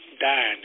dying